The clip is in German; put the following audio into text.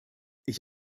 ich